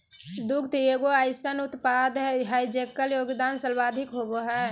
दुग्ध एगो अइसन उत्पाद हइ जेकर योगदान सर्वाधिक होबो हइ